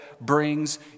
brings